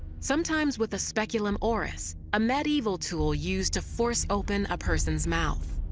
sometimes with a speculum oris, a medieval tool used to force open a person's mouth.